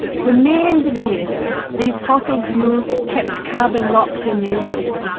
for millions of years, these fossil fuels kept carbon locked in the earth.